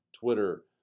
Twitter